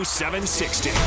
760